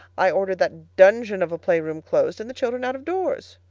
i ordered that dungeon of a playroom closed and the children out of doors.